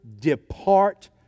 depart